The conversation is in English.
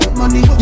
money